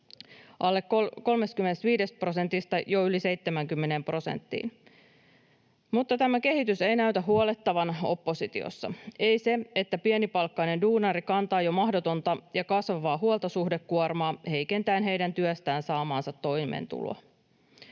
alle 35 prosentista jo yli 70 prosenttiin, mutta tämä kehitys ei näytä huolettavan oppositiossa, ei se, että pienipalkkainen duunari kantaa jo mahdotonta ja kasvavaa huoltosuhdekuormaa heikentäen heidän työstään saamaansa toimeentuloa.